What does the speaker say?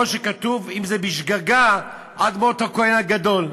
או כמו שכתוב: אם זה בשגגה, עד מות הכוהן הגדול.